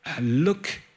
look